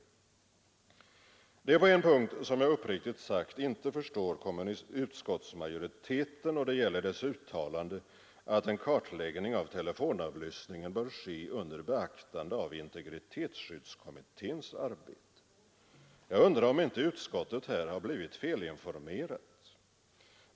Sedan är det en punkt där jag uppriktigt sagt inte förstår utskottsmajoriteten, och det gäller majoritetens uttalande att en kartläggning av telefonavlyssningen bör ske under beaktande av integritetsskyddskommitténs arbete. Jag undrar om inte utskottet där har blivit felinformerat.